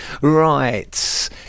right